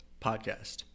podcast